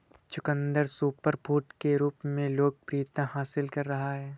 चुकंदर सुपरफूड के रूप में लोकप्रियता हासिल कर रहा है